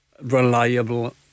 reliable